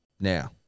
Now